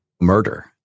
murder